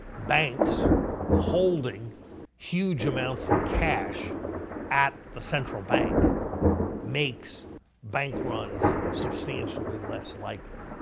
banks holding huge amounts of cash at the central bank makes bank runs substantially less likely.